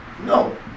no